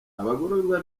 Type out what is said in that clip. abagororwa